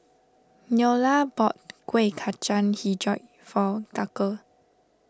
Neola bought Kuih Kacang HiJau for Tucker